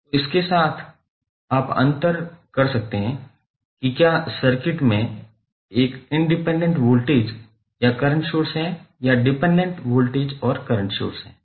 तो इसके साथ आप अंतर कर सकते हैं कि क्या सर्किट में एक इंडिपेंडेंट वोल्टेज या करंट सोर्स या एक डिपेंडेंट वोल्टेज और करंट सोर्स है